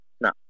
No